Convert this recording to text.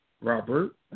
Robert